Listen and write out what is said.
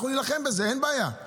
יש לנו עניין שזה יהיה שיתוף פעולה,